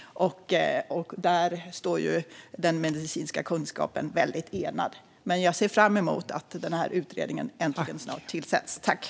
Där står den medicinska kunskapen enad. Jag ser fram emot att utredningen äntligen ska tillsättas snart.